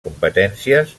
competències